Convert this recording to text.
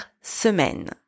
semaine